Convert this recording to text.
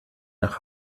nach